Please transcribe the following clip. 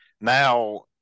Now